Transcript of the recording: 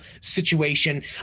situation